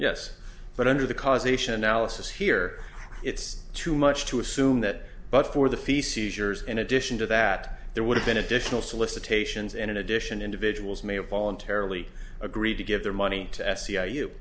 yes but under the causation analysis here it's too much to assume that but for the fees seizures in addition to that there would have been additional solicitations and in addition individuals may have voluntarily agreed to give their money to sci you